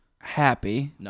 happy